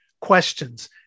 questions